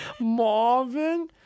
marvin